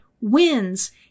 wins